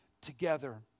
together